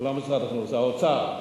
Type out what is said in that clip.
זה לא משרד החינוך, זה האוצר.